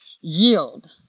yield